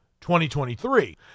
2023